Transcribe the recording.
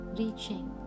reaching